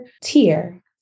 tier